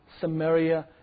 Samaria